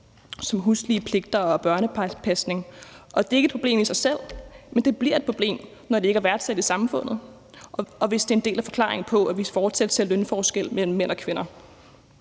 som huslige pligter og børnepasning. Det er ikke et problem i sig selv, men det bliver et problem, når det ikke er værdsat i samfundet, og hvis det er en del af forklaringen på, at vi fortsat ser lønforskelle mellem mænd og kvinder.